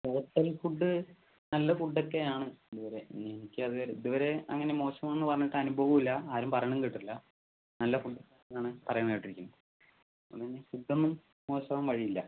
hotel food നല്ല food ഒക്കെയാണ് ഇതുവരെ ഇനി എനിക്ക് അറിയില്ല ഇതുവരെ അങ്ങനെ മോശമാണെന്ന് പറഞ്ഞിട്ട് അനുഭവമില്ല ആരും പറയുന്നതും കേട്ടിട്ടില്ല നല്ല ഫുഡ് ആണ് പറയുന്നത് കേട്ടിരിക്കുന്നത് അങ്ങനെ ഫുഡ് ഒന്നും മോശം ആവാൻ വഴിയില്ല